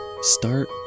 Start